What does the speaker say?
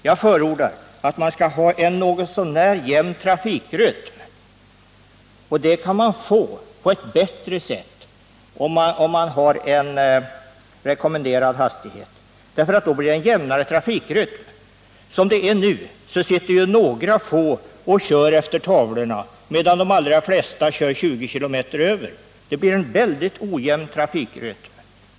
Jag förordar att man skall ha en något så när jämn trafikrytm, och det kan man få på ett bättre sätt om man har en rekommenderad hastighet. Då blir det nämligen en jämnare trafikrytm. Som det nu är sitter några få bilister och kör med den hastighet som anvisas på trafikskyltarna, medan de allra flesta kör 20 km däröver, och då blir det en väldigt ojämn trafikrytm.